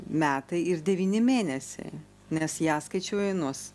metai ir devyni mėnesiai nes ją skaičiuoju nuo